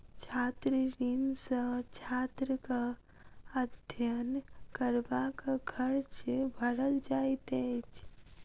छात्र ऋण सॅ छात्रक अध्ययन करबाक खर्च भरल जाइत अछि